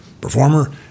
performer